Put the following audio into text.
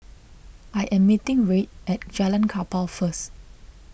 I am meeting Reid at Jalan Kapal first